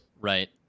Right